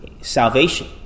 salvation